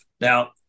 Now